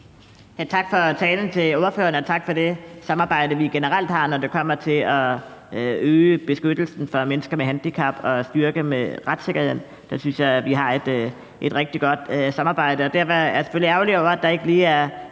for talen, og tak for det samarbejde, vi generelt har, når det kommer til at øge beskyttelsen for mennesker med handicap og styrke retssikkerheden. Der synes jeg, vi har et rigtig godt samarbejde, og derfor er jeg selvfølgelig ærgerlig over, at der ikke lige er